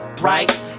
right